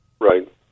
right